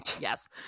yes